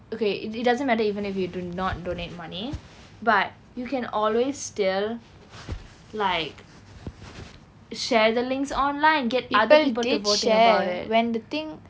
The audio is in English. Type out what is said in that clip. okay it doesn't matter even if you do not donate money but you can always still like share the links online get other people to vote in about it